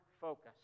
focus